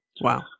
Wow